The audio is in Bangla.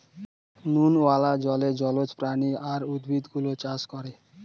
নুনওয়ালা জলে জলজ প্রাণী আর উদ্ভিদ গুলো চাষ করে